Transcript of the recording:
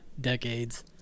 decades